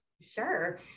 Sure